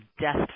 death